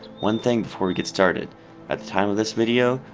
one thing before we get started at the time of this video,